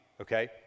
okay